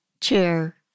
Chair